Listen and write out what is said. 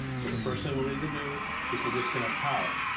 so the first thing we'll need to do is to disconnect power.